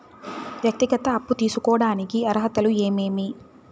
వ్యక్తిగత అప్పు తీసుకోడానికి అర్హతలు ఏమేమి